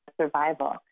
survival